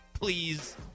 Please